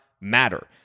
matter